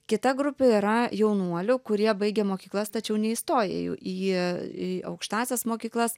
kita grupė yra jaunuolių kurie baigia mokyklas tačiau neįstoja į į į aukštąsias mokyklas